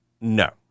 No